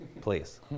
Please